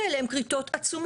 הכריתות האלה הן כריתות עצומות.